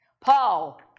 Paul